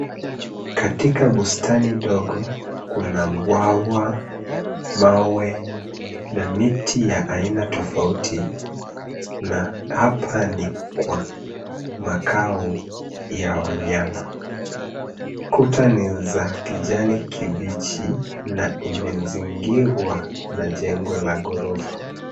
Katika bustani dogo, kuna bwawa, mawe na miti ya aina tofauti, na hapa ni kwa makao ya wanyama. Kuta ni za kijani kibichi na imezingirwa na jengo la ghorofa.